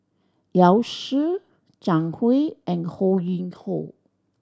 Yao Zi Zhang Hui and Ho Yuen Hoe